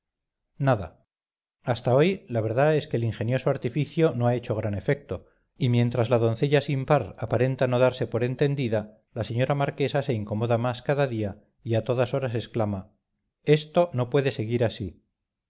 nada hasta hoy la verdad es que el ingenioso artificio no ha hecho gran efecto y mientras la doncella sin par aparenta no darse por entendida la señora marquesa se incomoda más cada día y a todas horas exclama esto no puede seguir así